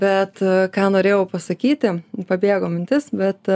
bet ką norėjau pasakyti pabėgo mintis bet